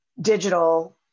digital